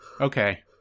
Okay